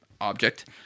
object